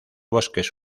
bosques